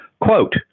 quote